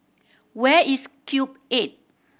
where is Cube Eight